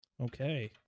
okay